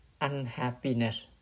unhappiness